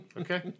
Okay